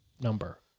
number